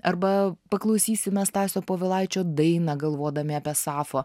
arba paklausysime stasio povilaičio dainą galvodami apie sapfo